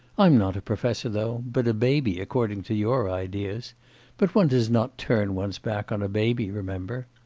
i'm not a professor though, but a baby according to your ideas but one does not turn one's back on a baby, remember.